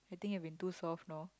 I think I have been too soft no